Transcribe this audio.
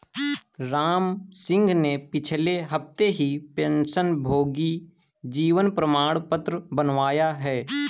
रामसिंह ने पिछले हफ्ते ही पेंशनभोगी जीवन प्रमाण पत्र बनवाया है